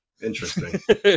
Interesting